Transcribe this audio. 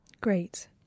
Great